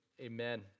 Amen